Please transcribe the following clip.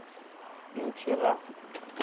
ᱤᱧ ᱠᱷᱮᱹᱞᱟ